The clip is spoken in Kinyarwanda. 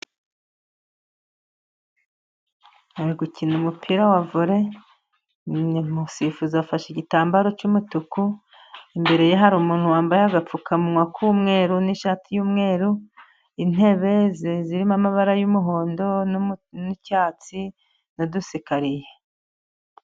Ari gukina umupira wa vole umusifuzi afashe igitambaro cy'umutuku ,imbere ye hari umuntu wambaye agapfukamunwa k'umweru, n'ishati y'umweru, intebe zirimo amabara y'umuhondo ,n'icyatsi n'udusikariye.